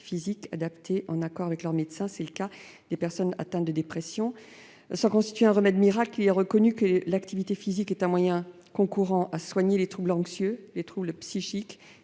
physique adaptée, en accord avec leur médecin. C'est le cas des personnes atteintes de dépression. Sans qu'elle constitue un remède miracle, il est reconnu que l'activité physique est un moyen concourant à soigner les troubles anxieux, les troubles psychiques